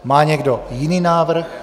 Má někdo jiný návrh?